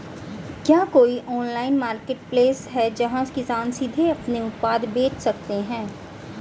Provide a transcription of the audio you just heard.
क्या कोई online marketplace है जहां किसान सीधे अपने उत्पाद बेच सकते हैं?